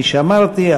כפי שאמרתי,